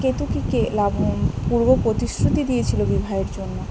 কেতকিকে পূর্ব প্রতিশ্রুতি দিয়েছিল বিবাহের জন্য